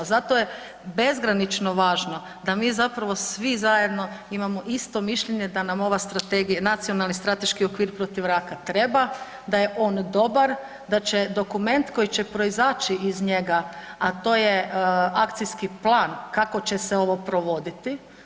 Zato je bezgranično važno da zapravo svi zajedno imamo isto mišljenje da nam ovaj nacionalni strateški okvir protiv raka treba, da je on dobar, da će dokument koji će proizaći iz njega a to je akcijski plan kako će se ovo provoditi.